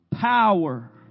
Power